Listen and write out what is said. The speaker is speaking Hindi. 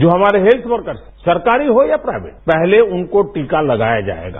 जो हमारे हेत्थ वर्कर्स हैं सरकारी हो या प्राइवेद पहले उनको टीका लगाया जाएगा